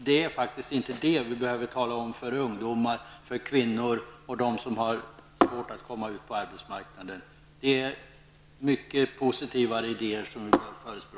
Det är faktiskt inte detta vi behöver tala om för ungdomar, för kvinnor och för dem som har svårt att komma ut på arbetsmarknaden. Vi bör förespråka mycket positivare idéer.